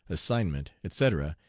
assignment, etc,